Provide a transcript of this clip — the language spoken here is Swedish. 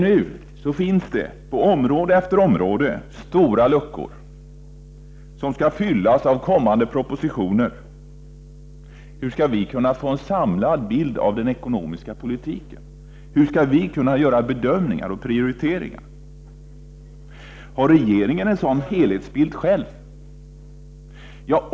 Nu finns det på område efter område stora luckor som skall fyllas av kommande propositioner. Hur skall vi kunna få en samlad bild av den ekonomiska politiken? Hur skall vi kunna göra bedömningar och prioriteringar? Har regeringen själv en sådan helhetsbild?